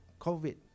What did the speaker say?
COVID